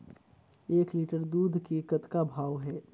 एक लिटर दूध के कतका भाव हे?